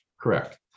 Correct